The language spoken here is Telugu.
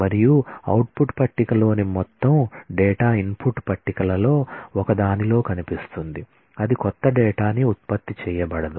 మరియు అవుట్పుట్ టేబుల్లోని మొత్తం డేటా ఇన్పుట్ టేబుల్లలో ఒకదానిలో కనిపిస్తుంది అది క్రొత్త డేటా ఉత్పత్తి చేయబడదు